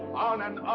on and